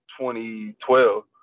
2012